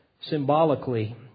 symbolically